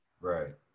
Right